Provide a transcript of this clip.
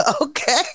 Okay